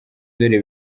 dore